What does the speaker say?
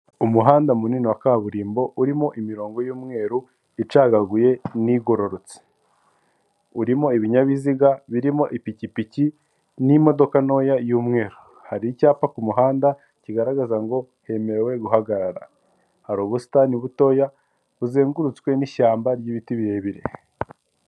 Umuhanda munini wa kaburimbo urimo imirongo y'umweru icagaguye n'igororotse. Urimo ibinyabiziga birimo ipikipiki n'imodoka ntoya y'umweru. Hari icyapa ku muhanda kigaragaza ngo hemerewe guhagarara, hari ubusitani butoya buzengurutswe n'ishyamba ry'ibiti birebire.